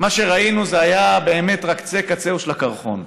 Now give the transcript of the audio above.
מה שראינו זה היה רק קצה-קצהו של הקרחון.